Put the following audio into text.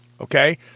okay